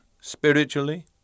spiritually